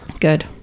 good